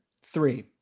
Three